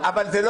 זה לא